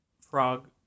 frog